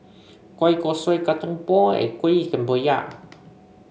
Kueh Kosui Kacang Pool Kuih Kemboja